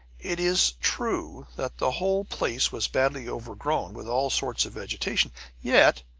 it is true that the whole place was badly overgrown with all sorts of vegetation yet,